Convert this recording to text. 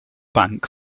bank